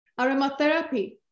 Aromatherapy